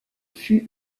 fut